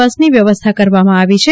બસની વ્યવસ્થા કરવામાં આવી છે